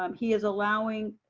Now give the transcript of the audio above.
um he is allowing,